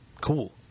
Cool